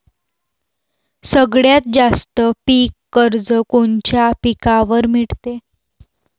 सगळ्यात जास्त पीक कर्ज कोनच्या पिकावर मिळते?